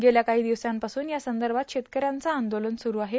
गेल्या काही दिवसांपासून या संदर्भात शेतकऱ्यांचे आंदोलन सूरु आहेत